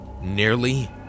nearly